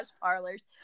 parlors